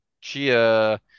Chia